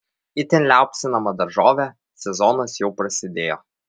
itin liaupsinama daržovė sezonas jau prasidėjo